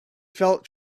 felt